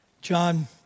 John